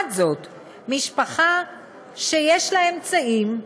לעומת זאת, משפחה שיש לה אמצעים,